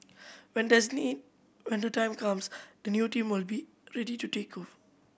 when there's a need when the time comes the new team will be ready to take of